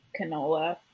canola